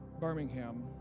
Birmingham